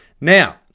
Now